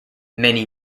many